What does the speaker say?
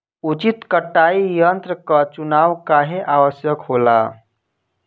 उचित कटाई यंत्र क चुनाव काहें आवश्यक होला?